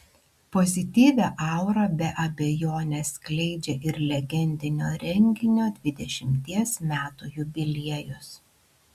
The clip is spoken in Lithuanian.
pozityvią aurą be abejonės skleidžia ir legendinio renginio dvidešimties metų jubiliejus